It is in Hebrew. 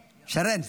בבקשה,